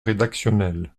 rédactionnels